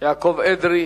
יעקב אדרי.